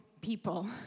people